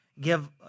give